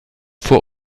vor